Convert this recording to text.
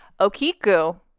Okiku